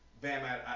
Bam